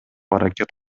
аракет